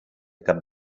cap